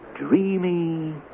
Dreamy